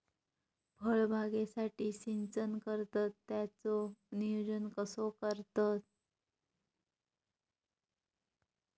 फळबागेसाठी सिंचन करतत त्याचो नियोजन कसो करतत?